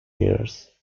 years